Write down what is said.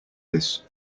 this